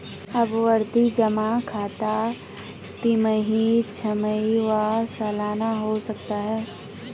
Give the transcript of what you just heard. आवर्ती जमा खाता तिमाही, छमाही व सलाना हो सकता है